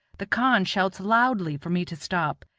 the khan shouts loudly for me to stop,